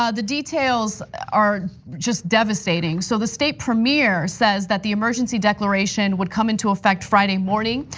ah the details are just devastating. so the state premier says that the emergency declaration would come into effect friday morning.